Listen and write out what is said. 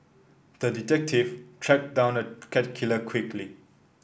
the detective tracked down the cat killer quickly